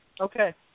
Okay